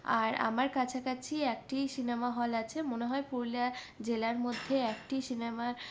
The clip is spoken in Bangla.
আর আমার কাছাকাছি একটি সিনেমা হল আছে মনে হয় পুরুলিয়া জেলার মধ্যে একটি সিনেমার